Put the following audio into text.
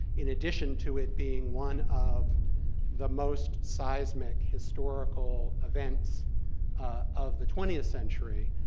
in addition to it being one of the most seismic historical events of the twentieth century,